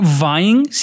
vying